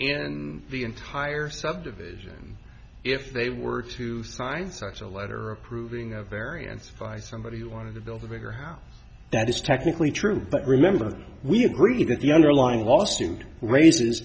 and the entire subdivision if they were to sign such a letter approving a variance by somebody who wanted to build a bigger house that is technically true but remember we agree that the underlying lawsuit rais